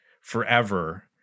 forever